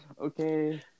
Okay